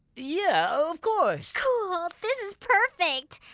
yeah. of course. cool! this is perfect!